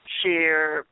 share